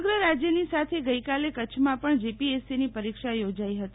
સમગ્ર રાજ્યની સાથે ગઈકાલે કરછમાં પણ જીપીએસસીની પરીક્ષા યોજાઈ હતી